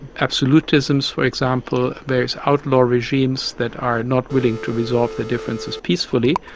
absolutisms, for example, there is outlaw regimes that are not willing to resolve their differences peacefully,